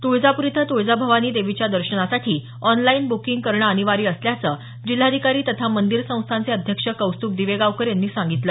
तुळजापूर इथं तुळजाभवानी देवीच्या दर्शनासाठी ऑनलाईन बुकींग करणं अनिवार्य असल्याचं जिल्हाधिकारी तथा मंदिर संस्थानचे अध्यक्ष कौस्तुभ दिवेगावकर यांनी सांगितलं